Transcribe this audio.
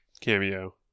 cameo